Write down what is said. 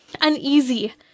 uneasy